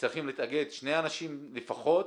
שצריכים להתאגד שני אנשים לפחות